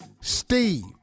Steve